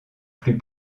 plus